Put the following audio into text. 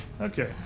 Okay